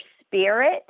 spirit